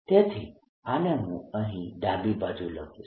તેથી આને હું અહીં ડાબી બાજુ લખીશ